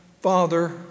father